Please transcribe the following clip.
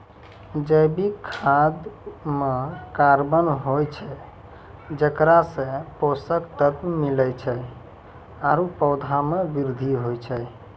जैविक खाद म कार्बन होय छै जेकरा सें पोषक तत्व मिलै छै आरु पौधा म वृद्धि होय छै